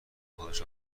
خودش